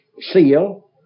seal